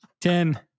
Ten